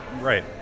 Right